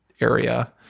area